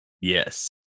Yes